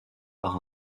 par